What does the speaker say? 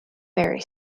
very